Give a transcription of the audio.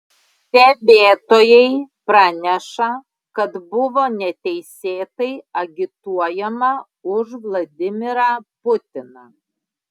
stebėtojai praneša kad buvo neteisėtai agituojama už vladimirą putiną